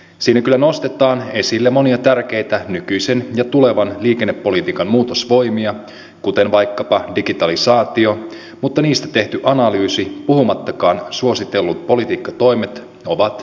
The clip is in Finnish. siinä kyllä nostetaan esille monia tärkeitä nykyisen ja tulevan liikennepolitiikan muutosvoimia kuten vaikkapa digitalisaatio mutta niistä tehty analyysi puhumattakaan suositelluista politiikkatoimista on lyhytnäköinen